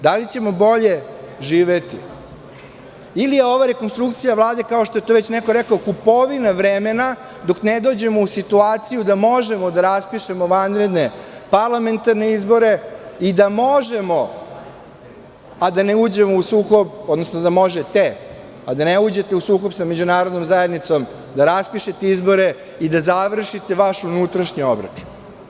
Da li ćemo bolje živeti ili je ova rekonstrukcija Vlade, kao što je to već neko rekao, kupovina vremena dok ne dođemo u situaciju da možemo da raspišemo vanredne parlamentarne izbore i da možemo, i da ne uđemo u sukob, odnosno da možete, a da ne uđete u sukob sa međunarodnom zajednicom, da raspišete izbore i da završite vaš unutrašnji obračun?